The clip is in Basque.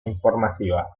informazioa